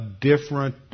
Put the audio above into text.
different